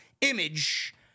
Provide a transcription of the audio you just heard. image